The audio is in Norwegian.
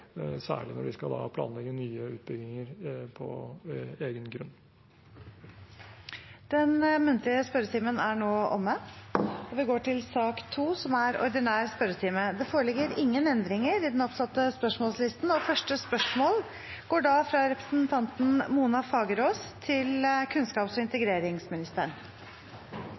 særlig når de skal planlegge nye utbygginger på egen grunn. Den muntlige spørretimen er nå omme. Det foreligger ingen endringer i den oppsatte spørsmålslisten. «Barneombudet er «overrasket over at regjeringen har valgt å åpne for hjemmeskole der det ikke er begrunnet i